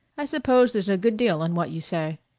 i suppose there's a good deal in what you say.